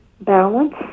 balance